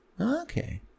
Okay